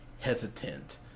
hesitant